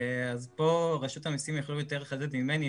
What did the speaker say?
אז פה רשות המסים יכולים יותר לחדד ממני.